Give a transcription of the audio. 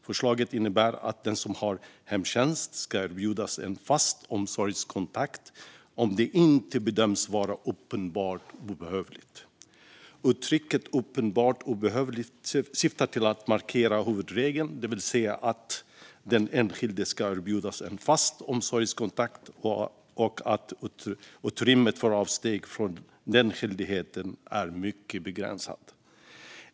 Förslaget innebär att den som har hemtjänst ska erbjudas en fast omsorgskontakt, om det inte bedöms vara uppenbart obehövligt. Uttrycket "uppenbart obehövligt" syftar till att markera huvudregeln, det vill säga att den enskilda ska erbjudas en fast omsorgskontakt och att utrymmet för avsteg från den skyldigheten är mycket begränsat.